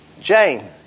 Jane